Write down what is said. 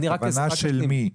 הכוונה של מי?